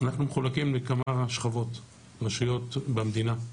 אנחנו מחולקים לכמה שכבות, רשויות במדינה.